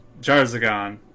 Jarzagon